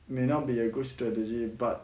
may not be a good strategy but